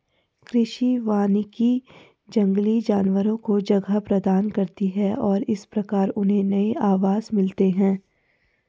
कृषि वानिकी जंगली जानवरों को जगह प्रदान करती है और इस प्रकार उन्हें नए आवास मिलते हैं